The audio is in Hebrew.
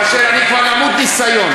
כאשר אני כבר למוד ניסיון?